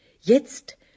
Jetzt